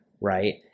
right